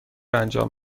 انجام